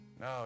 No